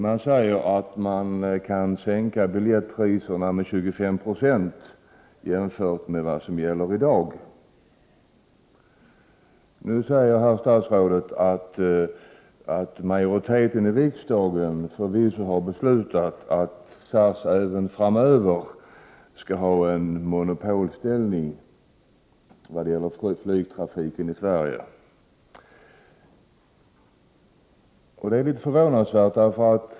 Man säger att man kan sänka biljettpriserna med 25 26 jämfört med vad som gäller i dag. Sverige. Det är litet förvånansvärt.